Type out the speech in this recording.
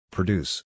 Produce